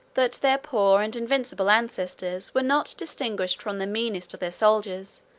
that their poor and invincible ancestors were not distinguished from the meanest of the soldiers,